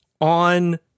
on